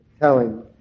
telling